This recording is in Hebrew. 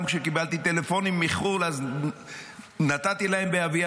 גם כשקיבלתי טלפונים מחו"ל נתתי להם באבי